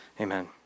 amen